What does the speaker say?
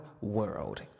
world